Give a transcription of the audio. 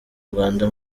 rwanda